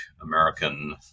American